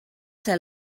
ser